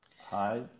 Hi